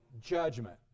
judgment